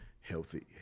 healthy